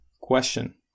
question